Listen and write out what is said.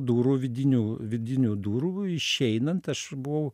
durų vidinių vidinių durų išeinant aš buvau